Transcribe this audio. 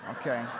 okay